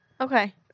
Okay